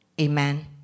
Amen